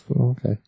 Okay